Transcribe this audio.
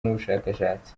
n’ubushakashatsi